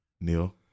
Neil